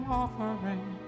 offering